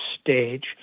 stage